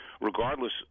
regardless